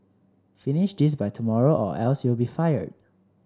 finish this by tomorrow or else you'll be fired